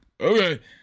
okay